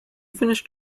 finished